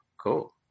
cool